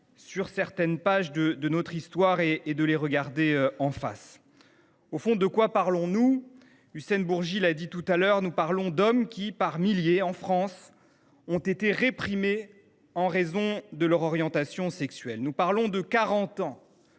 sur certaines pages de notre histoire et de les regarder en face. En effet, de quoi parlons nous ? Hussein Bourgi l’a dit tout à l’heure, nous parlons de milliers d’hommes qui, en France, ont été réprimés en raison de leur orientation sexuelle : nous parlons de quarante